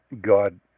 God